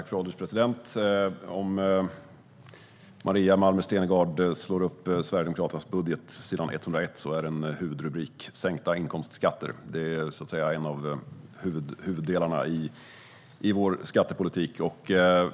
Fru ålderspresident! Om Maria Malmer Stenergard slår upp s. 101 i Sverigedemokraternas budget ser hon huvudrubriken Sänkta inkomstskatter. Detta är en av huvuddelarna i vår skattepolitik.